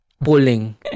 pulling